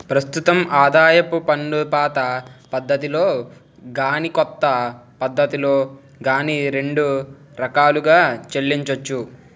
ప్రస్తుతం ఆదాయపు పన్నుపాత పద్ధతిలో గాని కొత్త పద్ధతిలో గాని రెండు రకాలుగా చెల్లించొచ్చు